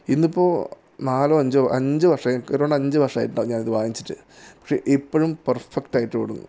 ഇന്നിപ്പോൾ നാലോ അഞ്ചോ അഞ്ചു വർഷമായി എനിക്ക് തോന്നുന്നു അഞ്ച് വർഷായിട്ടുണ്ടാവും ഞാനിത് വാങ്ങിയിട്ട് പക്ഷെ ഇപ്പോഴും പെർഫെക്റ്റായിട്ട് ഓടുന്നു